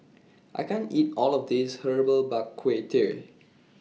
I can't eat All of This Herbal Bak Ku Teh